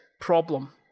problem